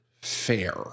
fair